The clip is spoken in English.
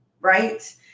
right